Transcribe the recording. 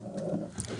כן.